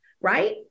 right